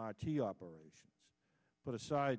marty operation put aside